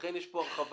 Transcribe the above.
לכן יש פה הרחבה.